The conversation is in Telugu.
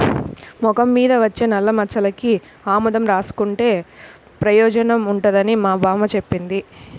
మొఖం మీద వచ్చే నల్లమచ్చలకి ఆముదం రాసుకుంటే పెయోజనం ఉంటదని మా బామ్మ జెప్పింది